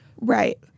Right